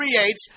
creates